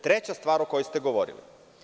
Treća stvar o kojoj ste govorili.